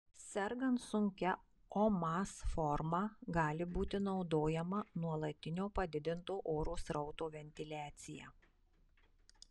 sergant sunkia omas forma gali būti naudojama nuolatinio padidinto oro srauto ventiliacija